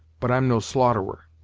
but i'm no slaughterer.